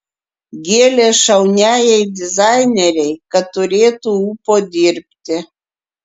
gėlės šauniajai dizainerei kad turėtų ūpo dirbti